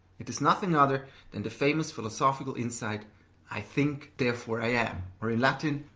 it is nothing other than the famous philosophical insight i think, therefore, i am, or in latin,